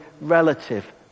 relative